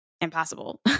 impossible